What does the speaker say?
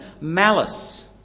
Malice